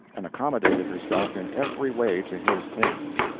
and accommodated herself in every way to his tastes.